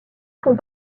font